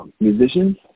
musicians